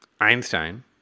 Einstein